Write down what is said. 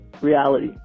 reality